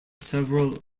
several